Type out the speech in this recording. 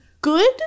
good